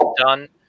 done